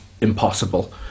impossible